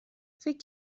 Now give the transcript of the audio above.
فکر